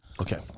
okay